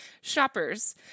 shoppers